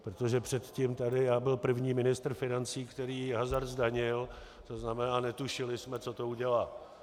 Protože předtím tady, já byl první ministr financí, který hazard zdanil, to znamená, netušili jsme, co to udělá.